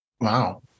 Wow